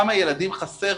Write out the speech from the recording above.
חסר.